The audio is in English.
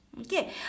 okay